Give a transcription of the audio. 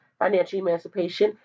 financialemancipation